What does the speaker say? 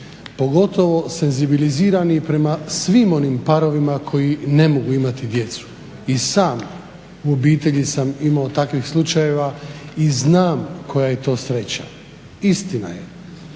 pogotovo senzibilizirani prema svim onim parovima koji ne mogu imati djecu. I sam u obitelji sam imao takvih slučajeva i znam koja je to sreća. Istina je